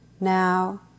Now